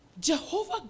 Jehovah